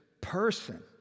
person